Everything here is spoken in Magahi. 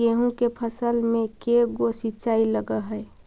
गेहूं के फसल मे के गो सिंचाई लग हय?